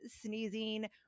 sneezing